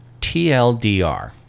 TLDR